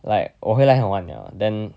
like 我回来很晚了 then